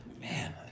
man